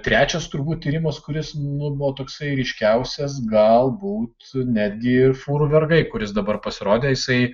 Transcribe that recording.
trečias turbūt tyrimas kuris nu buvo toksai ryškiausias galbūt su netgi fūrų vergai kuris dabar pasirodė jisai